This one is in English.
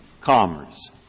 commerce